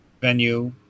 venue